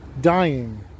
Dying